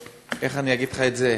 איך אני אגיד לך את זה?